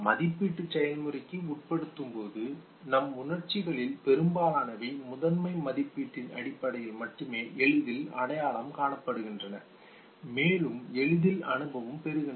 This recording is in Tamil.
மதிப்பீட்டு செயல்முறைக்கு உட்படுத்தப்படும்போது நம் உணர்ச்சிகளில் பெரும்பாலானவை முதன்மை மதிப்பீட்டின் அடிப்படையில் மட்டுமே எளிதில் அடையாளம் காணப்படுகின்றன மேலும் எளிதில் அனுபவம் பெறுகின்றன